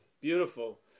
beautiful